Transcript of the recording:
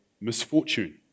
misfortune